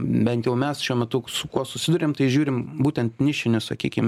bent jau mes šiuo metu su kuo susiduriam tai žiūrim būtent nišinius sakykim